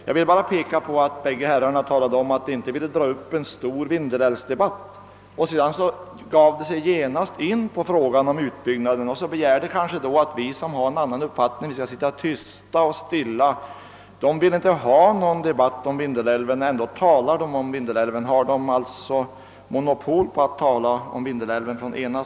Jag vill endast påpeka att båda talarna sade att de inte skulle ta upp en stor Vindelälvsdebatt men att de därefter genast gav sig in på frågan om utbyggnaden. De ville kanske att vi som har en annan uppfattning skulle sitta tysta — de önskade inte få någon debatt om Vindelälven men ändå talar de om Vindelälven. Har man från den ena sidan mono Pol på att tala i denna fråga?